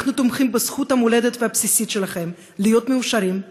אנחנו תומכים בזכות המולדת והבסיסית שלכם להיות מאושרים,